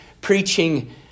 preaching